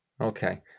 okay